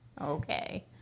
Okay